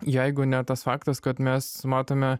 jeigu ne tas faktas kad mes matome